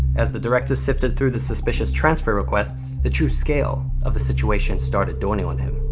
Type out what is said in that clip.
as the director sifted through the suspicious transfer requests, the true scale of the situation started dawning on him.